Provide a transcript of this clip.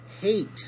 hate